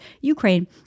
Ukraine